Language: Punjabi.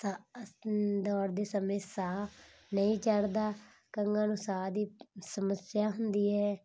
ਸਾ ਦੌੜਦੇ ਸਮੇਂ ਸਾਹ ਨਹੀਂ ਚੜਦਾ ਕਈਆਂ ਨੂੰ ਸਾਹ ਦੀ ਸਮੱਸਿਆ ਹੁੰਦੀ ਹੈ